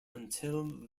until